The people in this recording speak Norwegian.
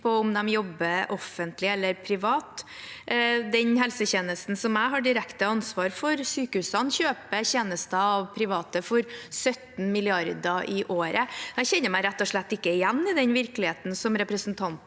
om de jobber i det offentlige eller i det private. Den helsetjenesten som jeg har direkte ansvar for – sykehusene – kjøper tjenester av private for 17 mrd. kr i året. Jeg kjenner meg rett og slett ikke igjen i den virkeligheten som representanten